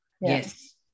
yes